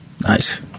Nice